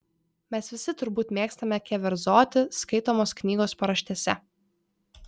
mes visi turbūt mėgstame keverzoti skaitomos knygos paraštėse